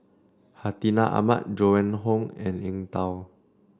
Hartinah Ahmad Joan and Hon and Eng Tow